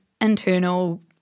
internal